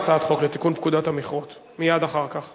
ההצעה תעבור להכנה לקריאה שנייה ושלישית בוועדת החינוך,